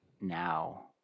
now